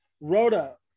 Rhoda